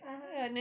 (uh huh)